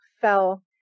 fell